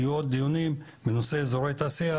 יהיו עוד דיונים בנושא אזורי תעשייה,